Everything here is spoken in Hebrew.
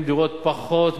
אל תבקש מחברים,